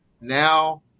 Now